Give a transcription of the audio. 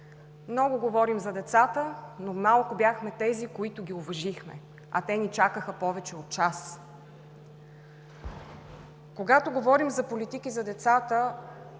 Много говорим за децата, но малко бяхме тези, които ги уважихме, а те ни чакаха повече от час. Когато говорим за политики за децата,